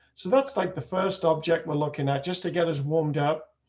so that's like the first object, we're looking at just to get us warmed up.